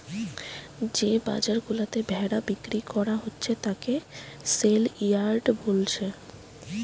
যে বাজার গুলাতে ভেড়া বিক্রি কোরা হচ্ছে তাকে সেলইয়ার্ড বোলছে